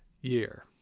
year